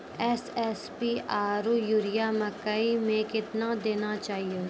SSP आरु urea मकई मे कितना देना चाहिए?